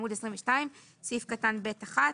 סעיף קטן (ב1),